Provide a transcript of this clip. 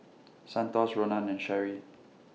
Santos Ronan and Sherri